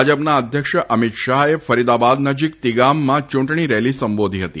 ભાજપના અધ્યક્ષ શ્રી અમિત શાહે ફરીદાબાદ નજીક તીગામમાં યુંટણી રેલી સંબોધી હતી